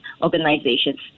organizations